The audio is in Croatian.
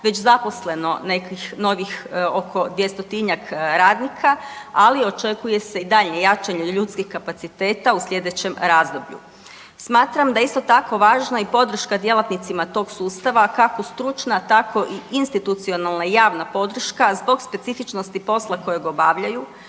već zaposleno nekih novih oko 200-tinjak radnika ali očekuje se i daljnje jačanje ljudskih kapaciteta u slijedećem razdoblju. Smatram da je isto tako važna i podrška djelatnicima tog sustava, kako stručna tako i institucionalna javna podrška zbog specifičnosti posla kojeg obavljaju,